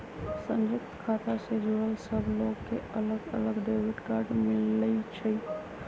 संयुक्त खाता से जुड़ल सब लोग के अलग अलग डेबिट कार्ड मिलई छई